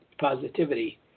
positivity